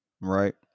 right